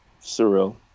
Surreal